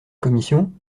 commission